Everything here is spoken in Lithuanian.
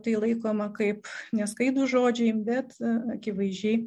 tai laikoma kaip neskaidrūs žodžiai bet akivaizdžiai